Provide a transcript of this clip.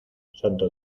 santo